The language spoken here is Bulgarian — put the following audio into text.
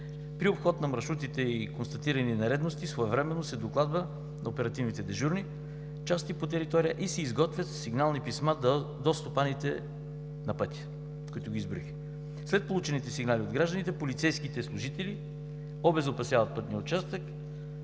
При обход на маршрутите и констатирани нередности своевременно се докладва на оперативните дежурни части по територия и се изготвят сигнални писма до стопаните на пътя, които ги изброих. След получените сигнали от гражданите, полицейските служители обезопасяват пътния участък